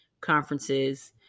conferences